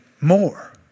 more